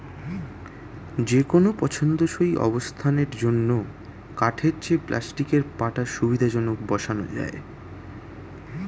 যেকোনো পছন্দসই অবস্থানের জন্য কাঠের চেয়ে প্লাস্টিকের পাটা সুবিধাজনকভাবে বসানো যায়